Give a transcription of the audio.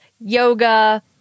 yoga